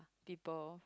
people